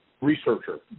researcher